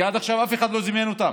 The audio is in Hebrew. כי עד עכשיו אף אחד לא זימן אותם,